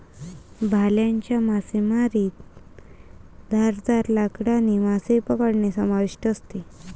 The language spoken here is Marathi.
भाल्याच्या मासेमारीत धारदार लाकडाने मासे पकडणे समाविष्ट असते